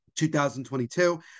2022